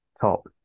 top